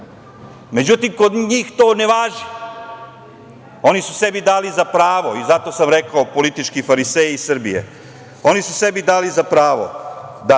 Međutim, kod njih to ne važi. Oni su sebi dali za pravo i zato sam rekao politički fariseji Srbije, oni su sebi dali za pravo da